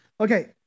Okay